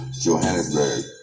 Johannesburg